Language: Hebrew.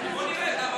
בוא, אני מציע לך הצעה.